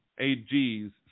AGs